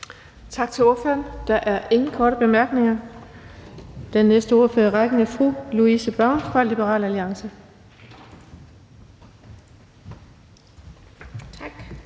Tak til ordføreren. Der er ingen korte bemærkninger. Næste ordfører i rækken er fru Louise Brown fra Liberal Alliance. Kl.